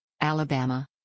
Alabama